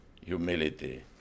humility